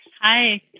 Hi